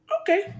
Okay